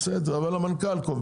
בסדר, אבל המנכ"ל קובע.